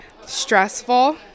Stressful